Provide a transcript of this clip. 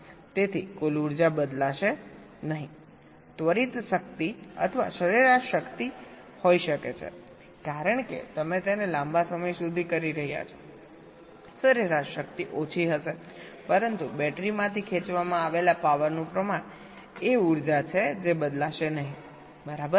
તેથી કુલ ઉર્જા બદલાશે નહીં ત્વરિત શક્તિ અથવા સરેરાશ શક્તિ હોઈ શકે છે કારણ કે તમે તેને લાંબા સમય સુધી કરી રહ્યા છો સરેરાશ શક્તિ ઓછી હશે પરંતુ બેટરી માંથી ખેચવામાં આવેલા પાવરનું પ્રમાણ એ ઉર્જા છે જે બદલાશે નહીં બરાબર